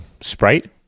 sprite